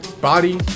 body